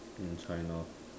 in China